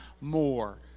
more